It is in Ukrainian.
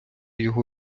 його